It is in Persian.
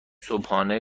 صبحانه